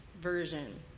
version